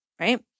Right